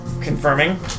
Confirming